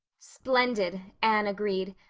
splendid, anne agreed,